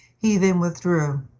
he then withdrew,